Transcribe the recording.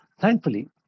Thankfully